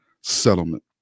settlement